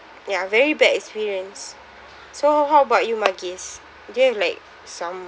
ya very bad experience so how how about you magis do you have like some